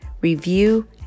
review